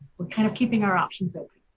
we're kind of keeping our options open.